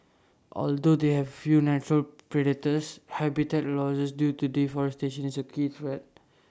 although they have few natural predators habitat losses due to deforestation is A key threat